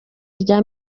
rya